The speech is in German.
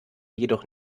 jedoch